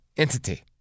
entity